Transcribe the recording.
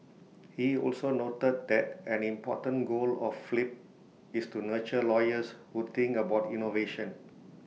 he also noted that an important goal of flip is to nurture lawyers who think about innovation